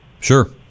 Sure